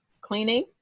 cleaning